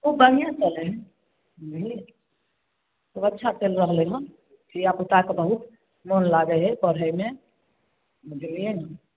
ओ बढ़िआँ चलै हइ बुझलिए खूब अच्छा चलि रहलै हँ धिआपुताके बहुत मोन लागै हइ पढ़ैमे बुझलिए ने